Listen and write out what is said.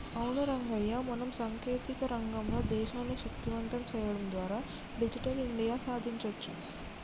అవును రంగయ్య మనం సాంకేతిక రంగంలో దేశాన్ని శక్తివంతం సేయడం ద్వారా డిజిటల్ ఇండియా సాదించొచ్చు